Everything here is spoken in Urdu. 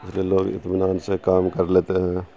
اس لیے لوگ اطمینان سے کام کر لیتے ہیں